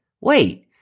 wait